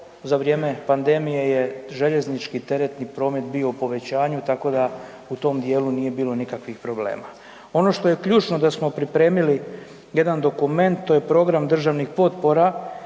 za vrijeme pandemije je željeznički teretni promet bio u povećaju, tako da u tom dijelu nije bilo nikakvih problema. Ono što je ključno, da smo pripremili jedan dokument, to je program državnih potpora